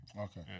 Okay